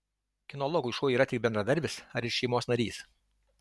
kinologui šuo yra tik bendradarbis ar ir šeimos narys